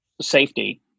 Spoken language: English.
safety